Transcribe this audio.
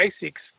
basics